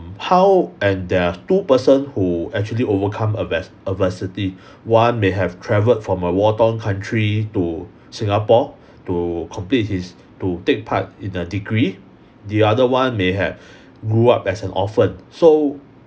how and there are two person who actually overcome advers~ adversity one may have travelled from a war-torn country to singapore to complete his to take part in a degree the other one may have grew up as an orphan so